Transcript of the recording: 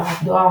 שרת דואר,